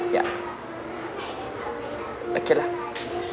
ya okay lah